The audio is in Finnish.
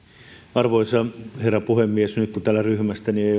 arvoisa herra puhemies nyt kun täällä ryhmästäni ei